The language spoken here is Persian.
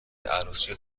عروسی